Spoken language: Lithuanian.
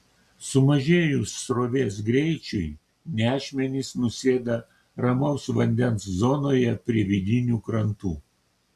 sumažėjus srovės greičiui nešmenys nusėda ramaus vandens zonoje prie vidinių krantų